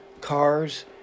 cars